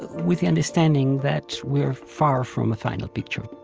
with the understanding that we are far from a final picture